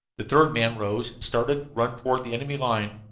the third man rose and started to run toward the enemy line.